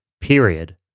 period